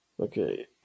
Okay